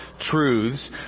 truths